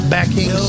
backing